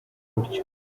buryo